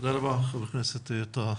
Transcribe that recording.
תודה רבה, חבר הכנסת טאהא.